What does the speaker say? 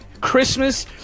Christmas